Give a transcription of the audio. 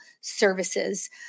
services